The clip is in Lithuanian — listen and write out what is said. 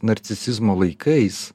narcisizmo laikais